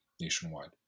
nationwide